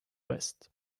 vest